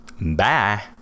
bye